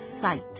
Sight